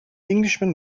englishman